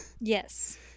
Yes